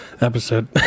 episode